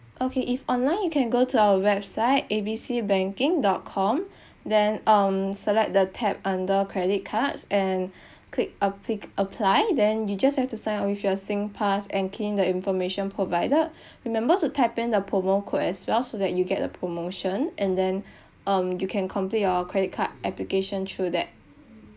okay if online you can go to our website a b c banking dot com then um select the tab under credit cards and click applic~ apply then you just have to sign up with your singpass and key in the information provided remember to type in the promo code as well so that you get the promotion and then um you can complete your credit card application through that